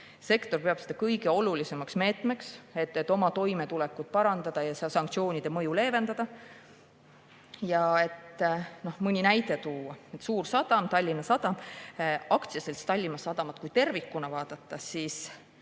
Sektor peab seda kõige olulisemaks meetmeks, et oma toimetulekut parandada ja sanktsioonide mõju leevendada. Toon mõne näite. Meil on suur sadam, Tallinna Sadam. Kui AS Tallinna Sadamat tervikuna vaadata, siis